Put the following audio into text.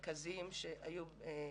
האלו.